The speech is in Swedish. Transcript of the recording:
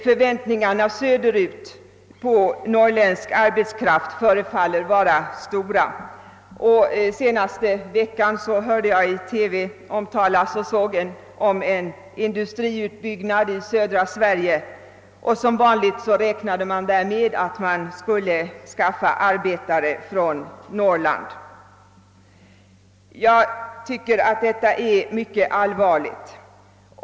Förväntningarna söderut på norrländsk arbetskraft förefaller vara stora, och under den senaste veckan såg jag i TV ett program om industriutbyggnad i södra Sverige där man som vanligt räknade med att skaffa arbetare från Norrland. Detta är mycket allvarligt.